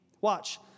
Watch